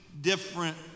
different